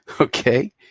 okay